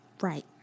Right